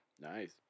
Nice